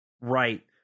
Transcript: Right